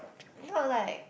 not like